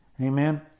Amen